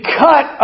cut